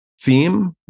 theme